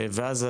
ואז,